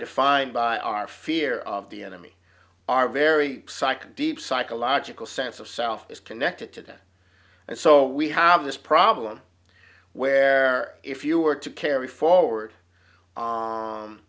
defined by our fear of the enemy our very psych deep psychological sense of self is connected to that and so we have this problem where if you are to carry forward